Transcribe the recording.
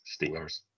Steelers